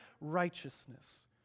righteousness